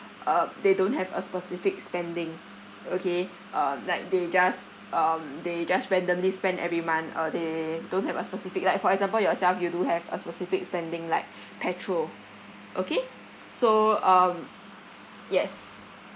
um they don't have a specific spending okay um like they just um they just randomly spend every month uh they don't have a specific like for example yourself you do have a specific spending like petrol okay so um yes